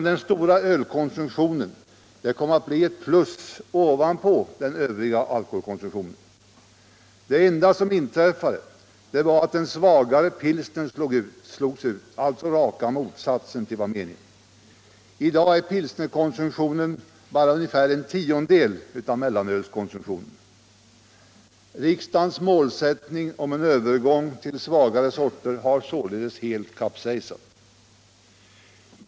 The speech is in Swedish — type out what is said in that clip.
Den stora ölkonsumtionen kom att bli ett tillägg till den övriga alkoholkonsumtionen men det som inträffade var att den svagare pilsnern slogs ut, alltså raka motsatsen till vad meningen var. I dag är pilsnerkonsumtionen bara ungefär en tiondel av mellanölskonsumtionen. Riksdagens målsättning om övergång till svagare sorter har således helt kapsejsat.